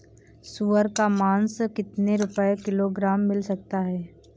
सुअर का मांस कितनी रुपय किलोग्राम मिल सकता है?